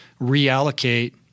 reallocate